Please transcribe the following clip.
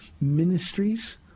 ministries